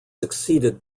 succeeded